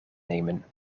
nemen